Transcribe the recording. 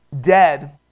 dead